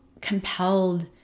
compelled